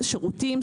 שירותים,